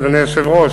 אדוני היושב-ראש,